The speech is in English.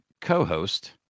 co-host